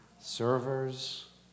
Servers